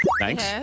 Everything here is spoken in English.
Thanks